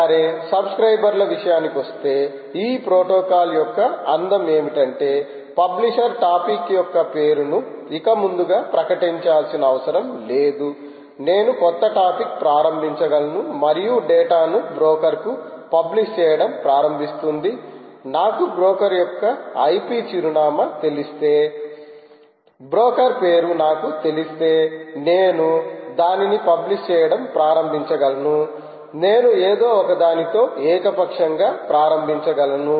సరే సబ్స్క్రయిబర్ ల విషయానికొస్తే ఈ ప్రోటోకాల్ యొక్క అందం ఏమిటంటే పబ్లిషర్టాపిక్ యొక్క పేరును ఇక ముందుగా ప్రకటించాల్సిన అవసరం లేదు నేను క్రొత్త టాపిక్ ప్రారంభించగలను మరియు డేటాను బ్రోకర్ కు పబ్లిష్ చేయడం ప్రారంభిస్తుంధి నాకు బ్రోకర్ యొక్క IP చిరునామా తెలిస్తే బ్రోకర్ పేరు నాకు తెలిస్తే నేను దానిని పబ్లిష్ చెయడం ప్రారంభించగలను నేను ఏదో ఒకదానితో ఏకపక్షంగా ప్రారంభించగలను